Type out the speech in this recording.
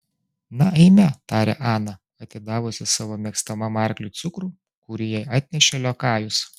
na eime tarė ana atidavusi savo mėgstamam arkliui cukrų kurį jai atnešė liokajus